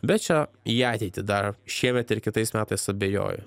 bet čia į ateitį dar šiemet ir kitais metais abejoju